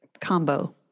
combo